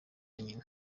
nyina